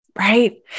Right